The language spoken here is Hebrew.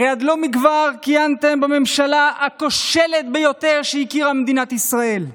הרי עד לא מכבר כיהנתם בממשלה הכושלת ביותר שהכירה מדינת ישראל,